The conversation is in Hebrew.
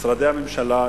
זה משרדי הממשלה,